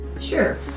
Sure